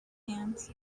hands